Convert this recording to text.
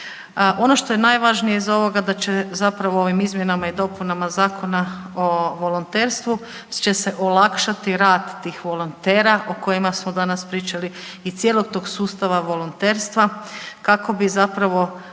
Ono što je najvažnije iz ovoga da će zapravo ovim izmjenama i dopunama Zakona o volonterstvu će se olakšati rad tih volontera o kojima smo danas pričali i cijelog tog sustava volonterstva kako bi zapravo